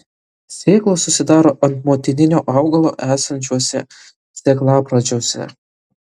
sėklos susidaro ant motininio augalo esančiuose sėklapradžiuose